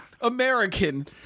American